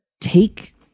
take